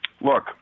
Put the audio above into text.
look